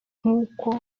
nk’uko